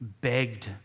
begged